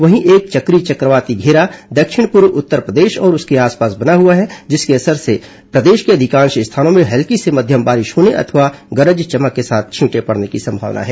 वहीं एक चक्रीय चक्रवाती धेरा दक्षिण पूर्व उत्तरप्रदेश और उसके आसपास बना हुआ है जिसके कारण प्रदेश के अधिकांश स्थानों में हल्की से मध्यम बारिश होने अथवा गरज चमक के साथ छींटे पडने की संभावना है